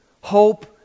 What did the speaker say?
hope